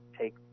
take